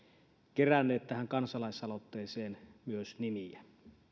keränneet tähän kansalaisaloitteeseen nimiä